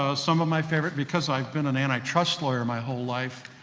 ah some of my favorite, because i've been an antitrust lawyer my whole life,